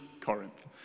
Corinth